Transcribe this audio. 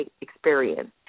experience